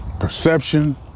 Perception